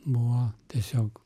buvo tiesiog